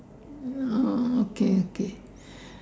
um okay okay